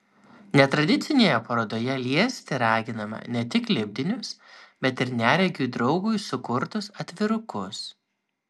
netradicinėje parodoje liesti raginama ne tik lipdinius bet ir neregiui draugui sukurtus atvirukus